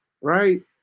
right